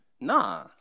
nah